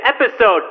episode